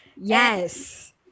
yes